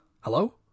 Hello